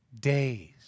days